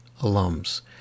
alums